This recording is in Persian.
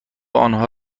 آنها